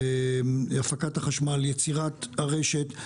הפקת החשמל, יצירת הרשת.